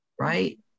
right